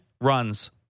runs